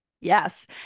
Yes